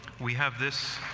we have this